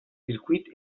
circuit